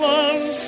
one